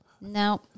no